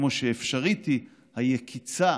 כמו שאפשרית היא היקיצה